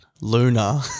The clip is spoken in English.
Luna